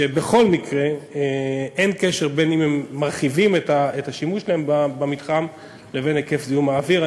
שבכל מקרה אין קשר בין הרחבת השימוש שלהם במתחם לבין היקף זיהום האוויר.